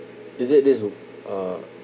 is it this would uh